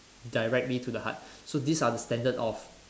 directly to the heart so these are the standard of